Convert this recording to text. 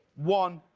one,